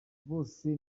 bose